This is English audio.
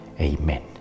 Amen